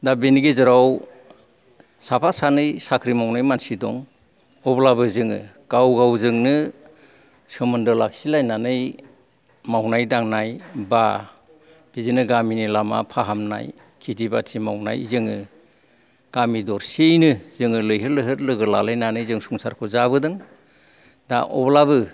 दा बेनि गेजेराव साफा सानै साख्रि मावनाय मानसि दं अब्लाबो जोङो गाव गावजों सोमोन्दो लाखिलायनानै मावनाय दांनाय बा बिदिनो गामिनि लामा फाहामनाय खेथि बाथि मावनाय जोङो गामि दरसेयैनो लोगोलालायनानै जोङो संसारखौ जाबोदों दा अब्लाबो